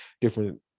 different